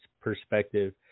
perspective